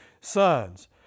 sons